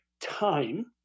time